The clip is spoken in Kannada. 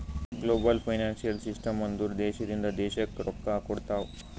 ಗ್ಲೋಬಲ್ ಫೈನಾನ್ಸಿಯಲ್ ಸಿಸ್ಟಮ್ ಅಂದುರ್ ದೇಶದಿಂದ್ ದೇಶಕ್ಕ್ ರೊಕ್ಕಾ ಕೊಡ್ತಾವ್